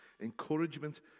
encouragement